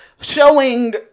showing